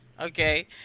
Okay